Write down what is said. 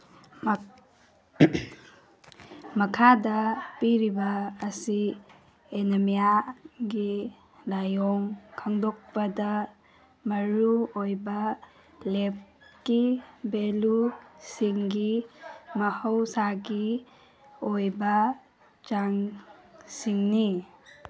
ꯃꯈꯥꯗ ꯄꯤꯔꯤꯕ ꯑꯁꯤ ꯑꯦꯅꯃꯤꯌꯥꯒꯤ ꯂꯥꯌꯣꯡ ꯈꯪꯗꯣꯛꯄꯗ ꯃꯔꯨꯑꯣꯏꯕ ꯂꯦꯞꯀꯤ ꯚꯦꯂꯨꯁꯤꯡꯒꯤ ꯃꯍꯧꯁꯥꯒꯤ ꯑꯣꯏꯕ ꯆꯥꯡꯁꯤꯡꯅꯤ